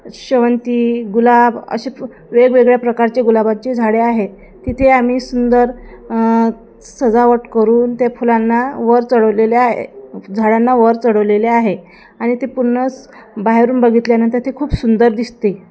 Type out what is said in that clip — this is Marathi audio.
शेवंती गुलाब असे फ वेगवेगळ्या प्रकारचे गुलाबाचे झाडे आहेत तिथे आम्ही सुंदर सजावट करून त्या फुलांना वर चढवलेले आहे झाडांना वर चढवलेले आहे आणि ते पूर्ण बाहेरून बघितल्यानंतर ते खूप सुंदर दिसते